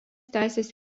teisės